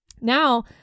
now